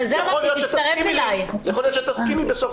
בטוחה שידונו בזה.